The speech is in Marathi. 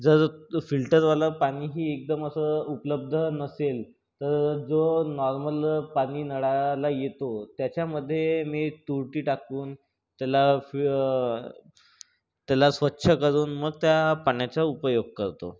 जर तो फिल्टरवाला पाणीही एकदम असं उपलब्ध नसेल तर जो नॉर्मल पाणी नळाला येतो त्याच्यामध्ये मी तुरटी टाकून त्याला फि त्याला स्वच्छ करून मग त्या पाण्याचा उपयोग करतो